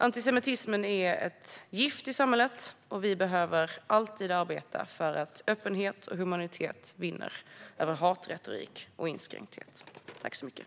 Antisemitismen är ett gift i samhället, och vi behöver alltid arbeta för att öppenhet och humanitet ska vinna över hatretorik och inskränkthet.